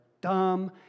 dumb